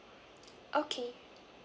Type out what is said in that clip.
okay